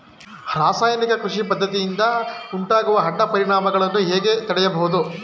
ರಾಸಾಯನಿಕ ಕೃಷಿ ಪದ್ದತಿಯಿಂದ ಉಂಟಾಗುವ ಅಡ್ಡ ಪರಿಣಾಮಗಳನ್ನು ಹೇಗೆ ತಡೆಯಬಹುದು?